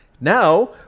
Now